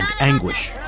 anguish